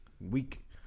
week